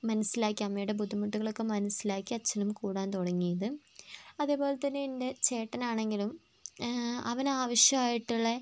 മനസ്സിലാക്കി അമ്മയുടെ ബുദ്ധിമുട്ടുകൾ ഒക്കെ മനസ്സിലാക്കി അച്ഛനും കൂടാൻ തുടങ്ങിയത് അതുപോലെ തന്നെ എൻ്റെ ചേട്ടൻ ആണെങ്കിലും അവന് ആവിശ്യമായിട്ടുള്ള